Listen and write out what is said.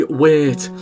wait